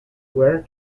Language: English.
where